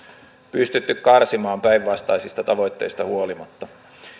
pystytty karsimaan päinvastaisista tavoitteista huolimatta